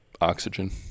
oxygen